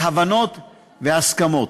להבנות ולהסכמות.